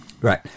Right